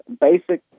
basic